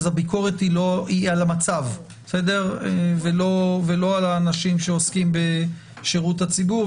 היא על המצב ולא על האנשים שעוסקים בשירות הציבור.